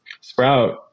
sprout